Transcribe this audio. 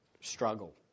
struggle